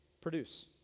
produce